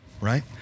Right